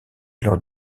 lors